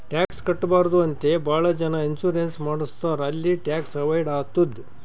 tax ಕಟ್ಬಾರ್ದು ಅಂತೆ ಭಾಳ ಜನ ಇನ್ಸೂರೆನ್ಸ್ ಮಾಡುಸ್ತಾರ್ ಅಲ್ಲಿ ಟ್ಯಾಕ್ಸ್ ಅವೈಡ್ ಆತ್ತುದ್